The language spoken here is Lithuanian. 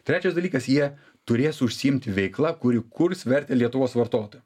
trečias dalykas jie turės užsiimti veikla kuri kurs vertę lietuvos vartotojam